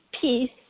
peace